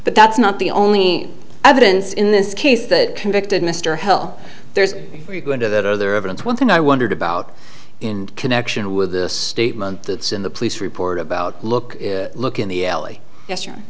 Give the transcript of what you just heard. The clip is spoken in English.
but that's not the only evidence in this case that convicted mr hell there's going to that other evidence one thing i wondered about in connection with the statement that's in the police report about look look in the alley y